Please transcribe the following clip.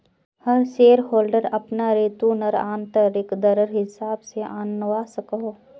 हर share holder अपना return आंतरिक दरर हिसाब से आंनवा सकोह